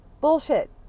Bullshit